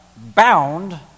Bound